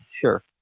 Sure